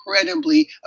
incredibly